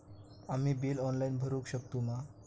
आम्ही bill online भरुक शकतू मा?